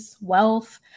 wealth